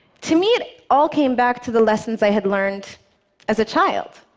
to me, it all came back to the lessons i had learned as a child.